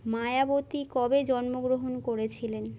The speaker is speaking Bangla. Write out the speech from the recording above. মায়াবতী কবে জন্মগ্রহণ করেছিলেন